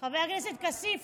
חבר הכנסת כסיף,